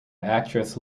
actress